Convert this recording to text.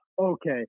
okay